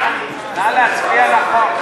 של קבוצת סיעת מרצ,